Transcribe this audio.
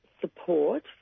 support